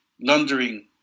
laundering